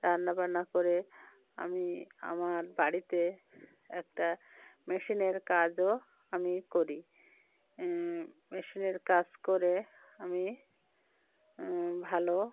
রান্না বান্না করে আমি আমার বাড়িতে একটা মেশিনের কাজও আমি করি মেশিনের কাজ করে আমি ভালো